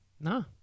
No